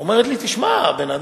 אומרת לי: תשמע, הבן-אדם.